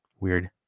weird